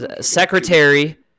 Secretary